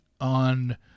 On